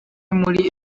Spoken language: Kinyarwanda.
muri